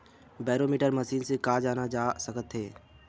Barometer machine से का जाना जा सकत हे?